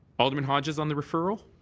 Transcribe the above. alderman hodges on the referral?